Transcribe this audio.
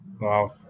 Wow